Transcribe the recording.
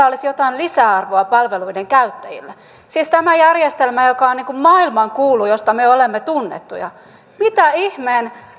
olisi jotain lisäarvoa palveluiden käyttäjille siis tässä järjestelmässä joka on maailmankuulu ja josta me olemme tunnettuja mitä ihmeen